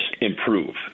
improve